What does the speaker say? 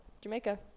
Jamaica